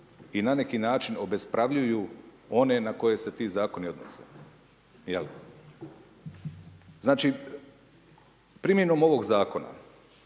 i na neki način obespravljuju one na koje se ti zakoni odnose, jel. Znači primjenom ovog zakona